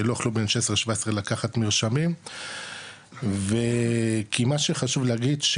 שלא יוכלו בין 16-17 לקחת מרשמים ומה שחשוב להגיד,